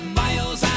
miles